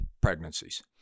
pregnancies